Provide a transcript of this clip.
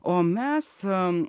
o mes am